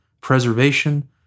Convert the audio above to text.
preservation